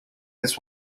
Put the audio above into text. this